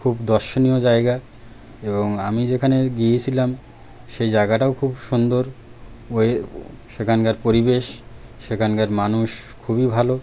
খুব দর্শনীয় জায়গা এবং আমি যেখানে গিয়েছিলাম সেই জায়গাটাও খুব সুন্দর ওই ও সেখানকার পরিবেশ সেখানকার মানুষ খুবই ভালো